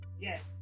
Yes